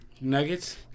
Nuggets